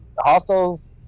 hostels